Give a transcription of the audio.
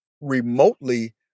remotely